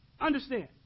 understand